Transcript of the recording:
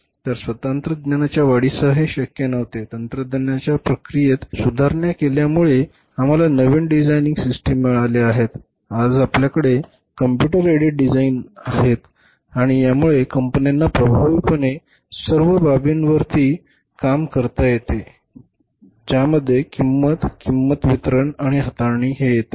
तर तंत्रज्ञानाच्या वाढीसह हे शक्य नव्हते तंत्रज्ञानाच्या प्रक्रियेत सुधारणा केल्यामुळे आम्हाला नवीन डिझायनिंग सिस्टम मिळाले आहेत आज आपल्याकडे कम्प्युटर एडेड डिझाईन्स आहेत आणि यामुळे कंपन्यांना प्रभावीपणे सर्व बाबींवर काम करता येत आहे ज्यामध्ये किंमत किंमत वितरण आणि हाताळणी हे येतात